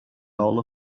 all